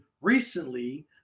recently